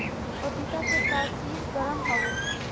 पपीता के तासीर गरम हवे